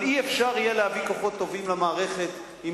אבל אי-אפשר יהיה להביא כוחות טובים למערכת אם